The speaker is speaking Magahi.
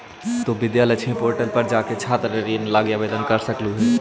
तु विद्या लक्ष्मी पोर्टल पर जाके छात्र ऋण लागी आवेदन कर सकलहुं हे